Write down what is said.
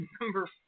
Number